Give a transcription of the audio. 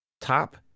Top